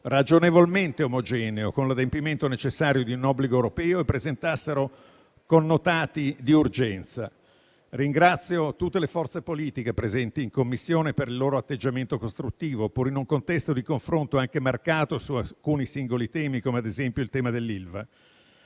ragionevolmente omogeneo con l'adempimento necessario di un obbligo europeo e presentassero connotati di urgenza. Ringrazio tutte le forze politiche presenti in Commissione per il loro atteggiamento costruttivo, pure in un contesto di confronto anche marcato, su alcuni singoli temi, come ad esempio il tema dell'Ilva.